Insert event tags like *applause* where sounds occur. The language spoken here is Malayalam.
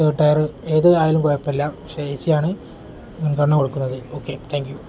*unintelligible* ഏതായാലും കുഴപ്പമില്ല പക്ഷെ ഏസിയാണ് മുൻഗണന കൊടുക്കുന്നത് ഓക്കെ താങ്ക് യു